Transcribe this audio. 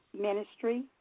Ministry